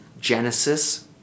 Genesis